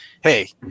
hey